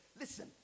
Listen